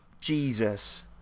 Jesus